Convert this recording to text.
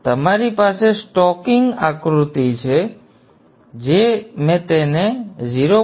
તમારી પાસે સ્ટોકિંગ આકૃતિ છે જે મેં તેને 0